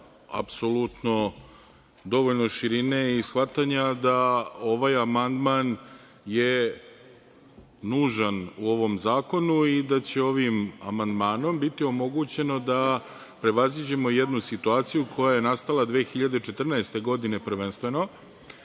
apsolutno dovoljno širine i shvatanja da ovaj amandman je nužan u ovom zakonu i da će ovim amandmanom biti omogućeno da prevaziđemo jednu situaciju koja je nastala 2014. godine, prvenstveno,